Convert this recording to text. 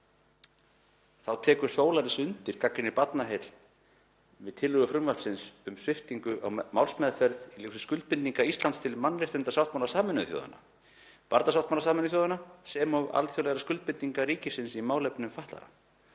„Þá tekur Solaris undir gagnrýni Barnaheilla við tillögu frumvarpsins um sviptingu á málsmeðferð í ljósi skuldbindinga Íslands til mannréttindasáttmála Sameinuðu þjóðanna, barnasáttmála Sameinuðu þjóðanna, sem og alþjóðlegar skuldbindingar ríkisins í málefnum fatlaðra.